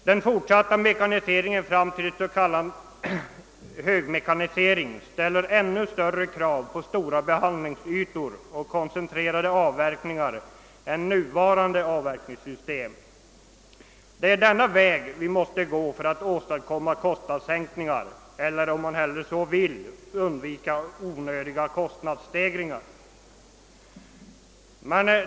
Den fortsatta mekaniseringen fram till en s.k. högmekanisering ställer ännu större krav på stora behandlingsytor och koncentrerade avverkningar än nuvarande avverkningssystem. Det är denna väg vi måste gå för att åstadkomma kostnadssänkningar eller, om man hellre så vill, undvika onödiga kostnadsstegringar.